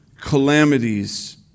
calamities